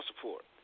support